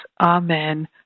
Amen